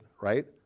right